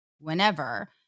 whenever